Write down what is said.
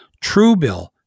Truebill